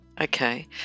Okay